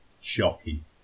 shocking